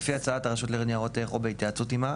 לפי הצעת הרשות לניירות ערך או בהתייעצות עימה,